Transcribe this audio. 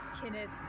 Kenneth